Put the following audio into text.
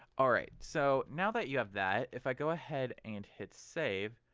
alright so now that you have that if i go ahead and hit save,